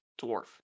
dwarf